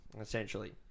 essentially